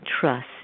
trust